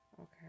Okay